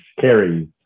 Carries